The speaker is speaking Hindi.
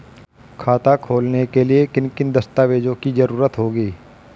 खाता खोलने के लिए किन किन दस्तावेजों की जरूरत होगी?